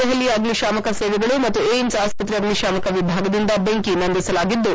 ದೆಹಲಿ ಅಗ್ನಿಶಾಮಕ ಸೇವೆಗಳು ಮತ್ತು ಏಮ್ಸ್ ಆಸ್ಪತ್ರೆ ಅಗ್ನಿಶಾಮಕ ವಿಭಾಗದಿಮದ ಬೆಂಕಿ ನಂದಿಸಲಾಗಿದ್ದು